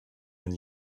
man